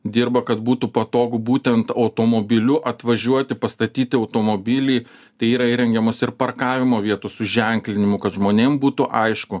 dirba kad būtų patogu būtent automobiliu atvažiuoti pastatyti automobilį tai yra įrengiamos ir parkavimo vietos su ženklinimu kad žmonėm būtų aišku